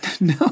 No